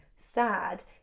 sad